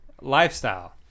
lifestyle